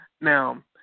Now